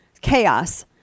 Chaos